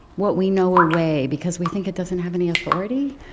what we know away, because we think it doesn't have any authority,